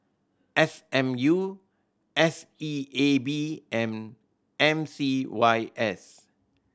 S M U S E A B and M C Y S